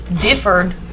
differed